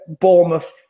Bournemouth